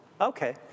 Okay